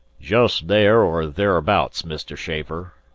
just there or thereabouts, mr. schaefer,